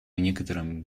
некотором